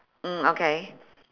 mm okay